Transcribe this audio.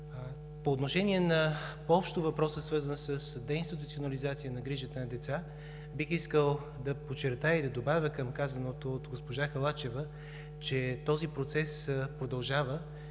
По отношение на въпроса, свързан с деинституционализацията на грижите за деца, по-общо бих искал да подчертая и да добавя към казаното от госпожа Халачева, че този процес продължава